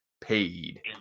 paid